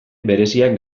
bereziak